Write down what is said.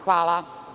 Hvala.